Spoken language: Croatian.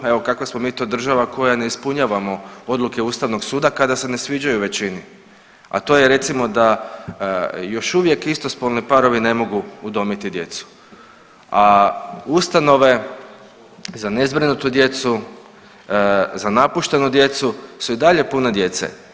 Evo kakva smo mi to država koja ne ispunjavamo odluke ustavnog suda kada se ne sviđaju većini, a to je recimo da još uvijek istospolni parovi ne mogu udomiti djecu, a ustanove za nezbrinutu djecu, za napuštenu djecu su i dalje pune djece.